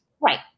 right